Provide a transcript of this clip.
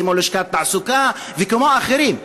כמו לשכת תעסוקה וכמו אחרים.